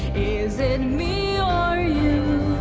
is it me or you?